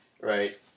right